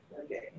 Okay